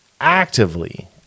actively